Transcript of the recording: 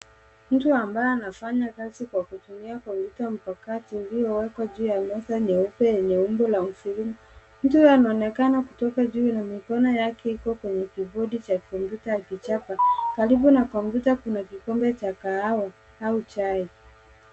Mtu ambaye anafanya kazi kwa kutumia kompyuta mpakato uliyo wekwa juu ya meza mweupe yenye umbo la mviringo, mtu huyu anaonekana kutoka juu na mikono yake iko kwenye keybodi cha kompyuta ya kichaka ,karibu na kompyuta kuna kikombe cha kahawa au chai.